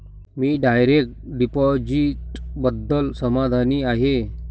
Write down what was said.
मी direct डिपॉझिटबद्दल समाधानी आहे